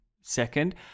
second